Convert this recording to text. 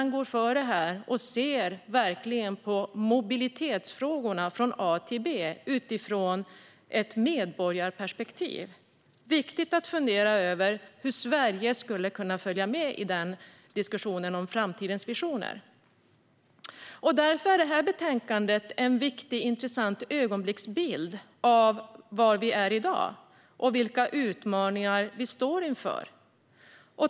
De går före och ser verkligen på mobilitetsfrågorna från A till B utifrån ett medborgarperspektiv. Det är viktigt att fundera över hur Sverige skulle kunna följa med i diskussionen om framtidens visioner. Därför är det här betänkandet en viktig och intressant ögonblicksbild av var vi är i dag och vilka utmaningar vi står inför.